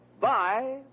bye